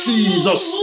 Jesus